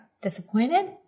Disappointed